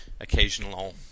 occasional